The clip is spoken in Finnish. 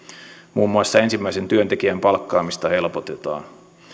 muun muassa ensimmäisen työntekijän palkkaamista helpotetaan